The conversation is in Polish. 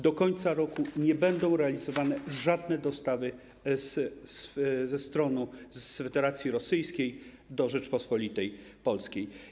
Do końca roku nie będą realizowane żadne dostawy z Federacji Rosyjskiej do Rzeczypospolitej Polskiej.